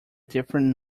different